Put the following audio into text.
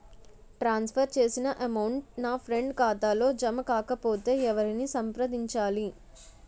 ట్రాన్స్ for చేసిన amount నా friend ఖాతాలో జమ కాకపొతే ఎవరిని సంప్రదించాలి?